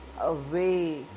away